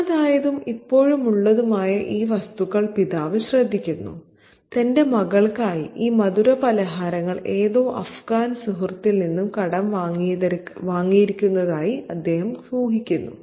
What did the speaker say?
കാണാതായതും ഇപ്പോഴുള്ളതുമായ ഈ വസ്തുക്കൾ പിതാവ് ശ്രദ്ധിക്കുന്നു തന്റെ മകൾക്കായി ഈ മധുരപലഹാരങ്ങൾ ഏതോ അഫ്ഗാൻ സുഹൃത്തിൽ നിന്ന് കടം വാങ്ങിയതായിരിക്കുമെന്ന് അദ്ദേഹം ഊഹിക്കുന്നു